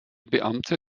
beamte